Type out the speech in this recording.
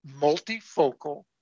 multifocal